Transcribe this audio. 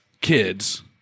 kids